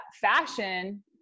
fashion